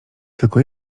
tylko